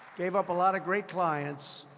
gave up a lot of great clients.